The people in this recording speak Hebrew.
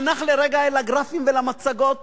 הנח לרגע לגרפים ולמצגות,